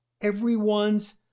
Everyone's